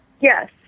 yes